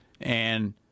and-